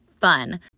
fun